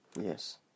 yes